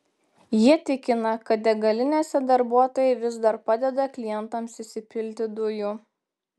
jie tikina kad degalinėse darbuotojai vis dar padeda klientams įsipilti dujų